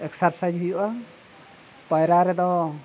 exercise ᱦᱩᱭᱩᱜᱼᱟ ᱯᱟᱭᱨᱟ ᱨᱮᱫᱚ